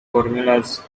formulas